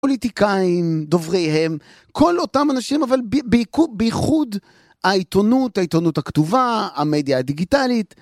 פוליטיקאים, דובריהם, כל אותם אנשים, אבל בייחוד העיתונות, העיתונות הכתובה, המדיה הדיגיטלית.